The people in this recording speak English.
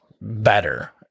better